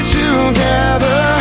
together